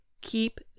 Keep